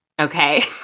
Okay